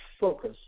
focus